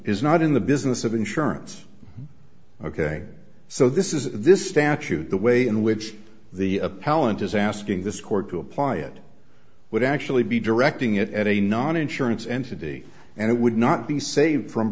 is not in the business of insurance ok so this is this statute the way in which the appellant is asking this court to apply it would actually be directing it at a non insurance entity and it would not be saved from